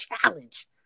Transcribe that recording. challenge